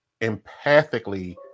empathically